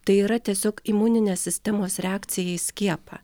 tai yra tiesiog imuninės sistemos reakcija į skiepą